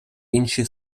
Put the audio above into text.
інші